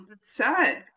sad